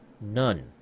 None